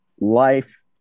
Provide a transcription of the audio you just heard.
life